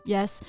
Yes